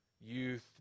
youth